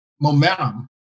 momentum